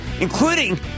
including